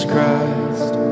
Christ